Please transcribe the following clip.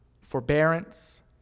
forbearance